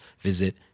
visit